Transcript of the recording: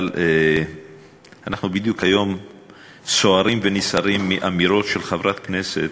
אבל בדיוק היום אנחנו סוערים ונסערים מאמירות של חברת כנסת,